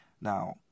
Now